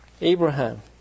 Abraham